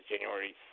January